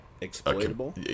Exploitable